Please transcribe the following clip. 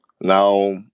Now